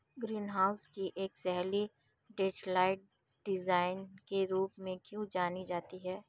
Green house की एक शैली डचलाइट डिजाइन के रूप में क्यों जानी जाती है?